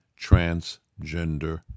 transgender